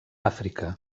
àfrica